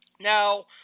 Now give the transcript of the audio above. Now